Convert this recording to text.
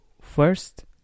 first